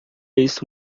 isso